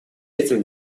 этим